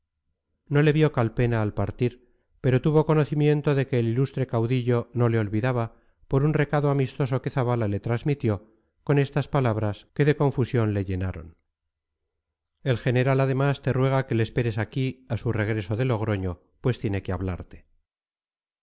no le vio calpena al partir pero tuvo conocimiento de que el ilustre caudillo no le olvidaba por un recado amistoso que zabala le transmitió con estas palabras que de confusión le llenaron el general además te ruega que le esperes aquí a su regreso de logroño pues tiene que hablarte